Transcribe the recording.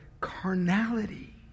carnality